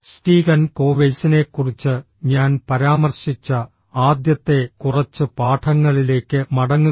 Stephen കോവെയ്സിനെക്കുറിച്ച് ഞാൻ പരാമർശിച്ച ആദ്യത്തെ കുറച്ച് പാഠങ്ങളിലേക്ക് മടങ്ങുക